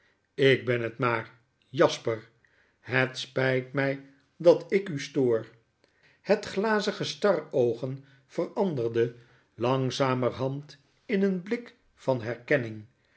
ik ben het maar jasper hyt spyt mij dat ik u stoor het glazige staroogen veranderde langzamerhand in een blik van herkenning